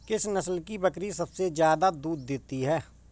किस नस्ल की बकरी सबसे ज्यादा दूध देती है?